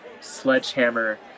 Sledgehammer